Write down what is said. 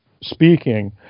speaking